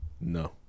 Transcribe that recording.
no